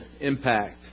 Impact